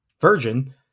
virgin